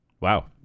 Wow